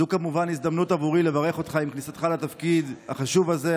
זו כמובן הזדמנות עבורי לברך אותך עם כניסתך לתפקיד החשוב הזה.